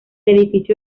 edificio